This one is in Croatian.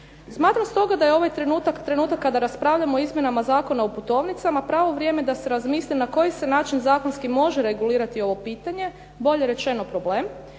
Smatram stoga da je ovaj trenutak trenutak kada raspravljamo o izmjenama Zakona o putovnicama pravo vrijeme da se razmisli na koji se način zakonski može regulirati ovo pitanje, bolje rečeno problem,